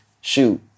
shoot